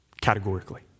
Categorically